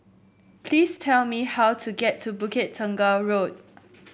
please tell me how to get to Bukit Tunggal Road